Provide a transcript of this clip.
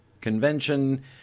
Convention